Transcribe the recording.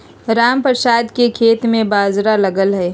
रामप्रसाद के खेत में बाजरा लगल हई